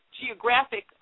geographic